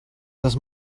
das